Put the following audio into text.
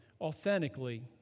authentically